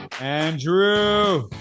Andrew